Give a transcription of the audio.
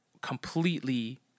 completely